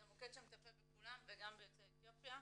זה מוקד שמטפל בכולם וגם ביוצאי אתיופיה.